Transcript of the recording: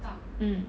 mm